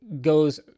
goes